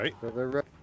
right